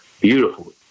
Beautiful